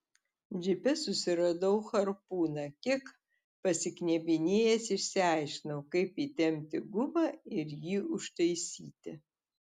džipe susiradau harpūną kiek pasiknebinėjęs išsiaiškinau kaip įtempti gumą ir jį užtaisyti